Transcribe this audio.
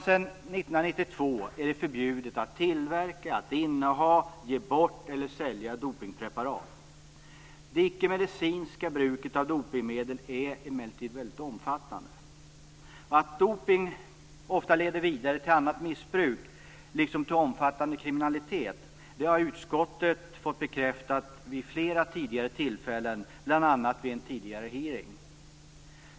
Sedan år 1992 är det förbjudet att tillverka, inneha, ge bort eller sälja dopningspreparat. Det icke-medicinska bruket av dopningsmedel är emellertid väldigt omfattande. Att dopning ofta leder vidare till annat missbruk liksom till omfattande kriminalitet har utskottet fått bekräftat vid flera tillfällen, bl.a. vid en tidigare hearing.